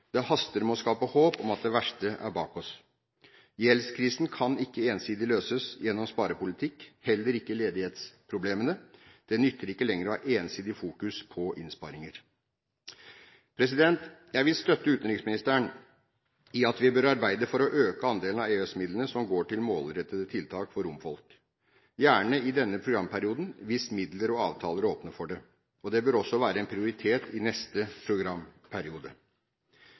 Det haster med å skape håp om at det verste er bak oss. Gjeldskrisen kan ikke ensidig løses gjennom sparepolitikk – heller ikke ledighetsproblemene. Det nytter ikke lenger å ha ensidig fokus på innsparinger. Jeg vil støtte utenriksministeren i at vi bør arbeide for å øke andelen av EØS-midlene som går til målrettede tiltak for romfolk – gjerne i denne programperioden, hvis midler og avtaler åpner for det. Det bør også være en prioritet i neste programperiode.